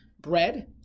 bread